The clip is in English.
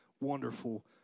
wonderful